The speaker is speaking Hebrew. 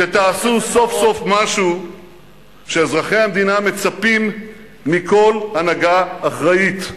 שתעשו סוף-סוף משהו שאזרחי המדינה מצפים מכל הנהגה אחראית,